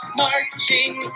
marching